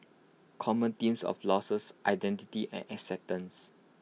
common themes of losses identity and acceptance